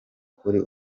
kuri